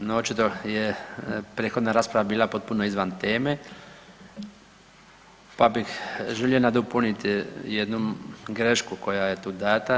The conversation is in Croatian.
No očito je prethodna rasprava bila potpuno izvan teme, pa bih želio nadopuniti jednu grešku koja je tu dana.